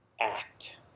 act